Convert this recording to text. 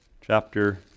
chapter